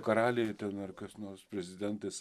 karaliai ten ar kas nors prezidentas